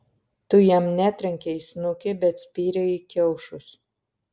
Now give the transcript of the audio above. tu jam netrenkei į snukį bet spyrei į kiaušus